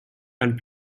and